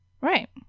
Right